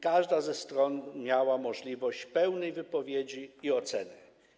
Każda ze stron miała możliwość pełnej wypowiedzi i oceny.